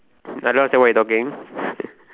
I don't understand what you talking